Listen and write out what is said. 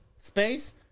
space